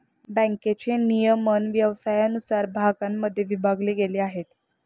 बँकेचे नियमन व्यवसायानुसार भागांमध्ये विभागले गेले आहे